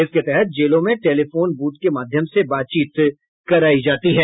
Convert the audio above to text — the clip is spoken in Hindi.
इसके तहत जेलों में टेलीफोन बूथ के माध्यम से बातचीत करायी जाती है